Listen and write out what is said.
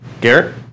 Garrett